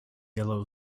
yellow